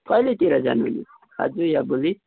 कहिलेतिर जानुहुने आज या भोलि